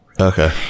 okay